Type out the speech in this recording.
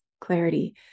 clarity